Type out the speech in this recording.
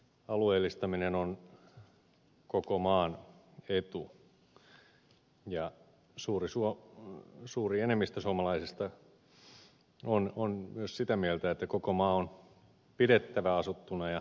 alueellistaminen on koko maan etu ja suuri enemmistö suomalaisista on myös sitä mieltä että koko maa on pidettävä asuttuna ja elinvoimaisena